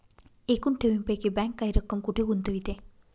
एकूण ठेवींपैकी बँक काही रक्कम कुठे गुंतविते?